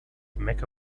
mecca